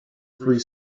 free